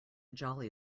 jolly